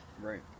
Right